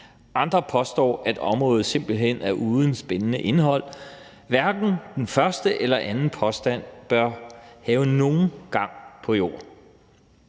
andre påstår, at området simpelt hen er uden spændende indhold. Hverken den første eller den anden påstand bør have nogen gang på jord.